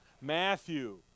Matthew